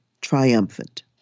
triumphant